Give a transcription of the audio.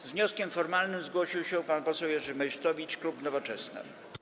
Z wnioskiem formalnym zgłosił się pan poseł Jerzy Meysztowicz, klub Nowoczesna.